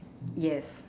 yes